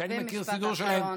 שאני מכיר סידור שלהם,